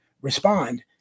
respond